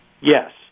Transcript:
Yes